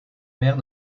mère